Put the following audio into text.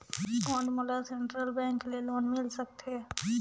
कौन मोला central bank ले लोन मिल सकथे?